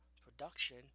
Production